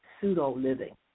pseudo-living